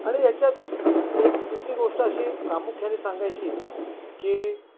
आणि याच्यात एक दुसरी गोष्ट अशी प्रामुख्याने सांगायची की